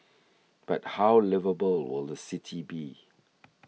but how liveable will the city be